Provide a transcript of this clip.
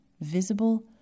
visible